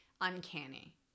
uncanny